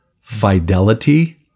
fidelity